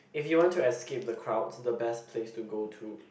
if you want to escape the crowd the best place to go to